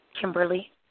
Kimberly